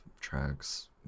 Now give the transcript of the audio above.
tracks